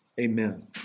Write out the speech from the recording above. Amen